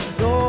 no